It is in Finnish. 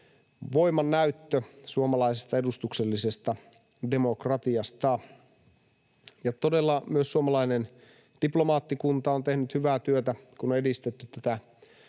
voimannäyttö suomalaisesta edustuksellisesta demokratiasta. Ja todella myös suomalainen diplomaattikunta on tehnyt hyvää työtä, kun on edistetty tätä